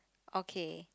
okay